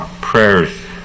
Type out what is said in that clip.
prayers